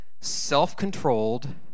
self-controlled